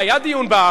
אה, היה דיון בערר.